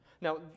now